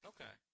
Okay